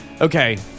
Okay